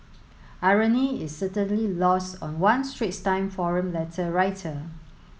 irony is certainly lost on one Straits Times forum letter writer